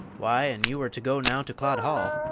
why, an' you were to go now to clod-hall,